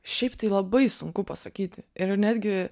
šiaip tai labai sunku pasakyti ir netgi